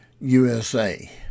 USA